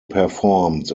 performed